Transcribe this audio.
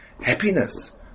happiness